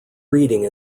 reading